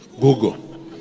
Google